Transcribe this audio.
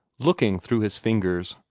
looking through his fingers,